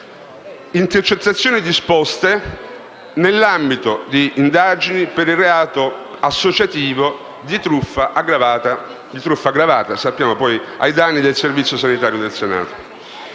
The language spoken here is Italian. intercettazioni disposte nell'ambito di indagini per il reato associativo di truffa aggravata, sappiamo poi ai danni del Servizio sanitario nazionale.